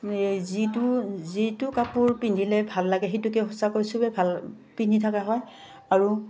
যিটো যিটো কাপোৰ পিন্ধিলে ভাল লাগে সেইটোকে সঁচাকৈ চবে ভাল পিন্ধি থাকা হয় আৰু